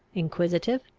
inquisitive,